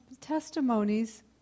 testimonies